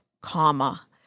comma